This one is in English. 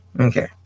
okay